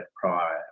prior